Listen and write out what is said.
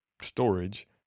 storage